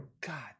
God